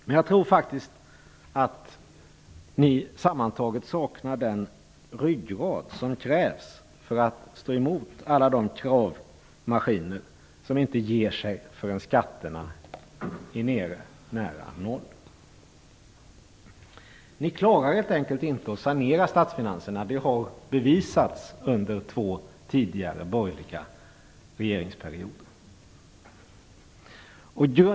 Men jag tror faktiskt att ni sammantaget saknar den ryggrad som krävs för att stå emot alla de kravmaskiner som inte ger sig förrän skatterna är nära noll. Ni klarar helt enkelt inte att sanera statsfinanserna. Det har bevisats under två tidigare borgerliga regeringsperioder.